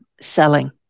selling